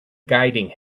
guiding